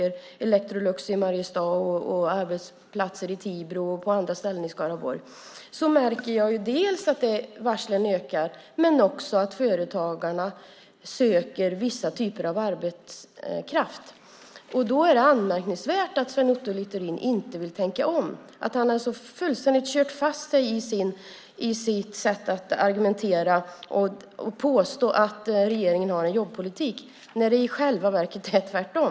När jag besöker Electrolux i Mariestad och arbetsplatser i Tibro och på andra ställen i Skaraborg märker jag dels att antalet varsel ökar, dels att företagarna söker vissa typer av arbetskraft. Det är anmärkningsvärt att Sven Otto Littorin inte vill tänka om, att han fullständigt kört fast i sitt sätt att argumentera och att han påstår att regeringen har en jobbpolitik när det i själva verket är tvärtom.